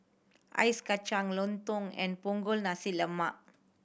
ice kacang lontong and Punggol Nasi Lemak